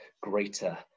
greater